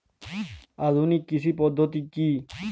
আধুনিক কৃষি পদ্ধতি কী?